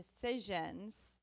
decisions